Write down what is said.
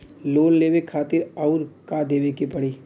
Loan लेवे खातिर अउर का देवे के पड़ी?